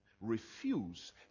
refuse